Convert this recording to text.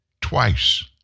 twice